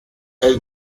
elle